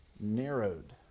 narrowed